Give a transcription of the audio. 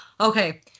Okay